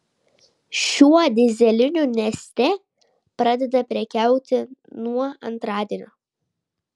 šiuo dyzelinu neste pradeda prekiauti nuo antradienio